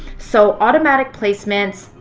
so automatic placements,